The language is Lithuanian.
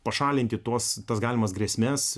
pašalinti tuos tas galimas grėsmes